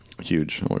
huge